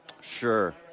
Sure